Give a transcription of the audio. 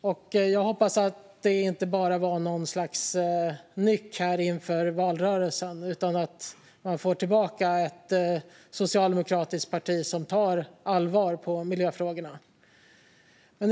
Kanske var det bara något slags nyck inför valrörelsen. Jag hoppas att man får tillbaka ett socialdemokratiskt parti som tar miljöfrågorna på allvar.